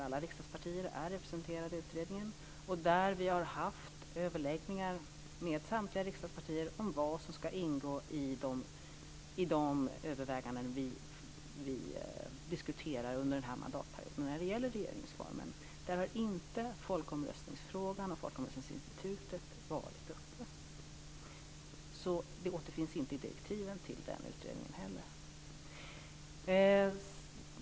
Alla riksdagspartier är representerade i utredningen, och vi har haft överläggningar med samtliga riksdagspartier om vad som ska ingå i de överväganden kring regeringsformen som vi diskuterar under den här mandatperioden. Där har inte folkomröstningsfrågan och folkomröstningsinstitutet varit uppe. Det återfinns inte i direktiven till den utredningen heller.